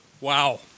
Wow